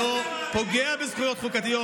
פוגע בזכויות חוקתיות,